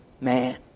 man